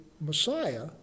Messiah